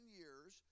years